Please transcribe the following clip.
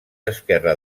esquerra